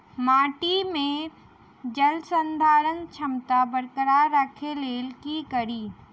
माटि केँ जलसंधारण क्षमता बरकरार राखै लेल की कड़ी?